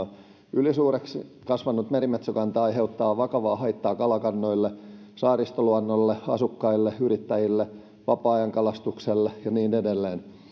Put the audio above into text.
ylisuureksi kasvanut merimetsokanta aiheuttaa vakavaa haittaa kalakannoille saaristoluonnolle asukkaille yrittäjille vapaa ajankalastukselle ja niin edelleen